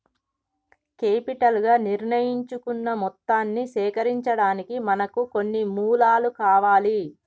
capital గా నిర్ణయించుకున్న మొత్తాన్ని సేకరించడానికి మనకు కొన్ని మూలాలు కావాలి